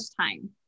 time